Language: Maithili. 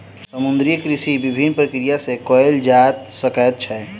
समुद्रीय कृषि के विभिन्न प्रक्रिया सॅ कयल जा सकैत छै